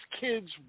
kids